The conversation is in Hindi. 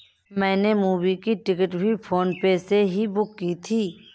मैंने मूवी की टिकट भी फोन पे से ही बुक की थी